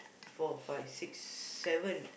four five six seven